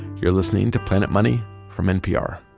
you're listening to planet money from npr